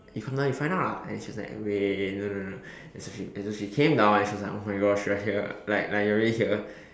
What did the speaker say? you come down you find out ah and then she was like wait no no no and so she and so she came down and like oh my Gosh you are here like like you are really here